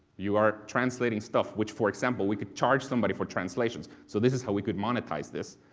you are translating stuff which, for example, we could charge somebody for translation so this is how we could monetize this.